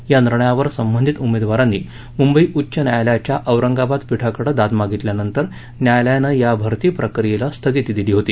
या निर्णयावर संबंधित उमेदवारांनी मुंबई उच्च न्यायालयाच्या औरंगाबाद पीठाकडे दाद मागितल्यानंतर न्यायालयानं या भर्ती प्रक्रियेला स्थगिती दिली होती